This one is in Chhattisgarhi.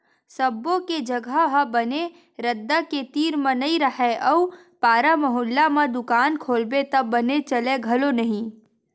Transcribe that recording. सब्बो के जघा ह बने रद्दा के तीर म नइ राहय अउ पारा मुहल्ला म दुकान खोलबे त बने चलय घलो नहि